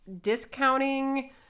discounting